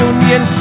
Union